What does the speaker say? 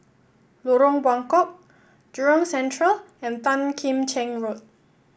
Lorong Buangkok Jurong Central and Tan Kim Cheng Road